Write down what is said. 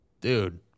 Dude